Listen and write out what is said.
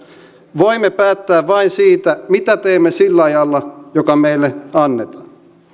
voimme päättää vain siitä mitä teemme sillä ajalla joka meille annetaan